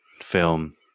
film